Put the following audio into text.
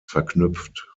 verknüpft